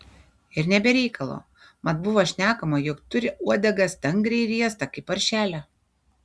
ir ne be reikalo mat buvo šnekama jog turi uodegą stangrią ir riestą kaip paršelio